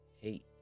hate